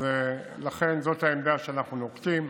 אז לכן זאת העמדה שאנחנו נוקטים.